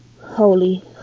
Holy